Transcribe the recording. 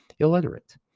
Illiterate